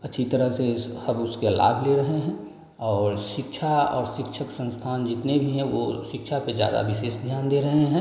अच्छी तरह से हम उसके लाभ ले रहे हैं और शिक्षा और शिक्षक संस्थान जितने भी हैं वो शिक्षा पर ज़्यादा विशेष ध्यान दे रहे हैं